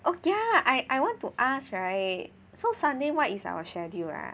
oh yeah I I want to ask right so Sunday what is our schedule ah